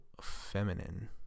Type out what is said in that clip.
feminine